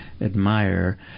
admire